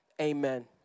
amen